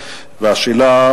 בדרום.